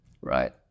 Right